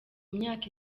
myaka